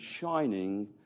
shining